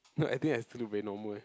no I think I still look very normal eh